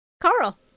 Carl